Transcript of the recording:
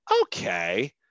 okay